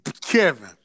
Kevin